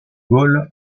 gaule